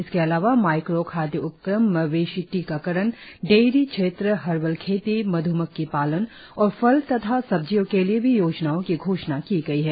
इसके अलावा माइक्रो खाद्य उपक्रम मवेशी टीकाकरण डेयरी क्षेत्र हर्बल खेती मध्मक्खी पालन और फल तथा सब्जियों के लिए भी योजनाओं की घोषणा की गई है